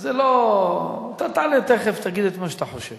זה לא, אתה תענה תיכף, תגיד את מה שאתה חושב.